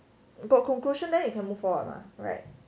got conclusion then you can move forward mah right